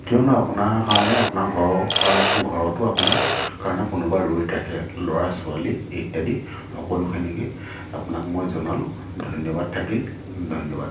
কিয়নো আপোনাৰ কাৰণে আপোনাৰ ঘৰৰ কাৰণ ঘৰতো আপোনাৰ কাৰণে কোনোবা ৰৈ থাকে ল'ৰা ছোৱালী ইত্যাদি সকলোখিনিকে আপোনাক মই জনালোঁ ধন্যবাদ থাকিল ধন্যবাদ